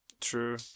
True